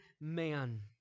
man